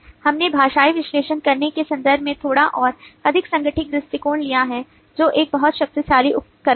हमने भाषाई विश्लेषण करने के संदर्भ में थोड़ा और अधिक संगठित दृष्टिकोण लिया है जो एक बहुत शक्तिशाली उपकरण है